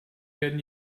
werden